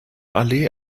allee